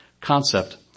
concept